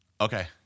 Okay